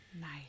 Nice